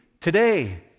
today